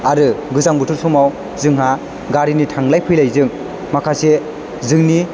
आरो गोजां बोथोर समाव जोंहा गारिनि थांलाय फैलायजों माखासे जोंनि